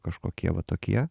kažkokie va tokie